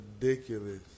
ridiculous